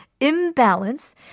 imbalance